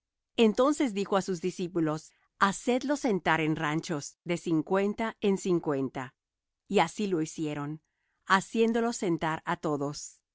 entonces dijo á sus discípulos hacedlos sentar en ranchos de cincuenta en cincuenta y así lo hicieron haciéndolos sentar á todos